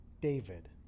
David